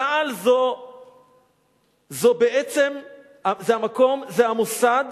צה"ל זה בעצם המוסד